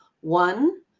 One